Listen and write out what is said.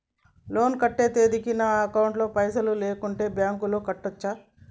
Loan కట్టే తేదీకి నా అకౌంట్ లో పైసలు లేకుంటే బ్యాంకులో కట్టచ్చా?